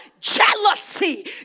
jealousy